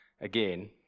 again